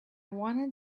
wanted